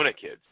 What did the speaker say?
kids